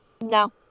No